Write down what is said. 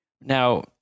now